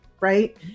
right